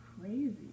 crazy